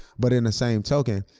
but in the same token.